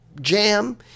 jam